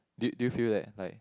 do do you feel that like